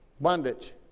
Bondage